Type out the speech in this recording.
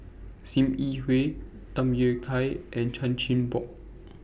SIM Yi Hui Tham Yui Kai and Chan Chin Bock